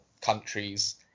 countries